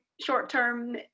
short-term